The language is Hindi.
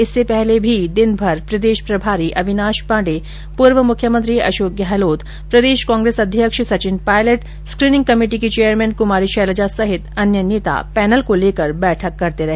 इससे पहले भी दिनभर प्रदेश प्रभारी अविनाश पांडे पूर्व मुख्यमंत्री अषोक गहलोत प्रदेश कांग्रेस अध्यक्ष सचिन पायलट स्क्रीनिंग कमेटी की चेयरमैन कुमारी शैलजा समेत अन्य नेता पैनल को लेकर बैठक करते रहे